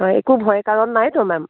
হয় একো ভয়ৰ কাৰণ নাইতো মেম